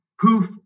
poof